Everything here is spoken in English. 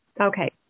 Okay